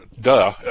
Duh